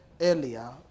earlier